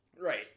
Right